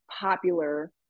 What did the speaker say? popular